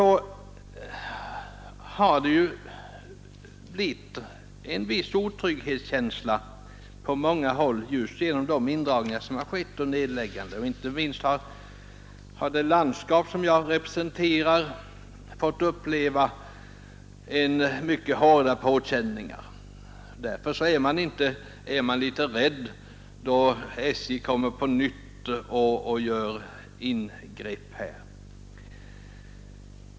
Nu har det emellertid uppstått en viss otrygghetskänsla på många håll just på grund av de indragningar och nedläggningar som har skett. Inte minst har det län som jag representerar fått uppleva mycket hårda påkänningar, och därför är man litet rädd då SJ på nytt vill göra ingrepp där.